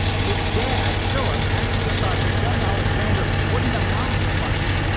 his dad, phillip, actually thought that young alexander wouldn't amount to much